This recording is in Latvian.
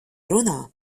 runā